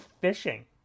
fishing